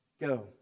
Go